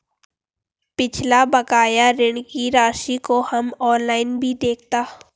पिछला बकाया ऋण की राशि को हम ऑनलाइन भी देखता